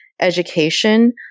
education